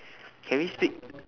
can we speak